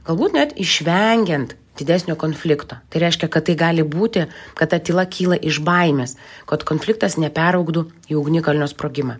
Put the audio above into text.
galbūt net išvengiant didesnio konflikto tai reiškia kad tai gali būti kad ta tyla kyla iš baimės kad konfliktas neperaugdų į ugnikalnio sprogimą